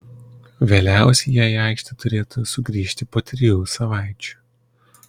vėliausiai jie į aikštę turėtų sugrįžti po trijų savaičių